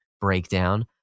breakdown